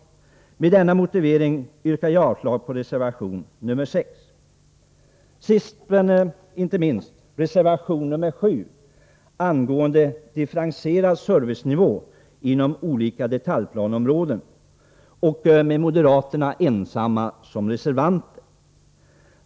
Med denna motivering yrkar jag avslag på reservation 6. Sist men inte minst reservation 7 angående differentierad servicenivå inom olika detaljplaneområden, en fråga med moderater ensamma som reservanter.